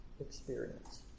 experience